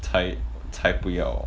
才才不要